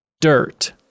dirt